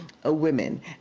Women